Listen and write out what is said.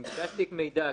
אם קיבלתי מידע,